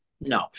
no